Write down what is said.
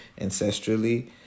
ancestrally